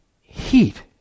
heat